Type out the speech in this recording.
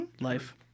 life